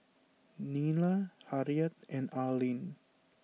Nila Harriet and Arlin